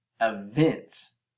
events